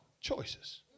Choices